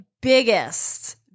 biggest